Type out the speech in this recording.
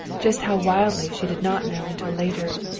just how wildly she did not know until later,